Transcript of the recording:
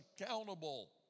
accountable